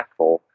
impactful